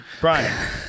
Brian